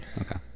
Okay